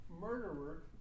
murderer